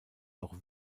noch